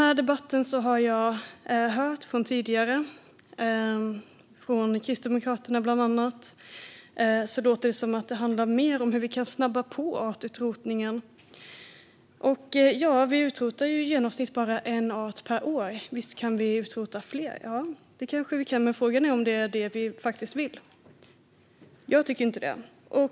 I debatten har jag hört bland andra Kristdemokraterna. Det låter som att det handlar mer om hur vi kan snabba på artutrotningen. Ja, vi utrotar ju i genomsnitt bara en art per år, så visst kan vi utrota fler. Det kan vi kanske, men frågan är om det är vad vi faktiskt vill. Jag tycker inte det.